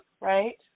right